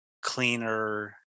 cleaner